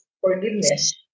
forgiveness